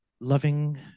loving